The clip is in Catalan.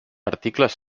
articles